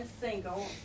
single